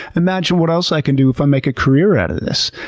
imagine what else i can do if i make a career out of this?